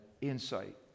insight